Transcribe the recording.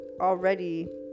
already